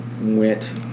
went